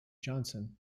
johnson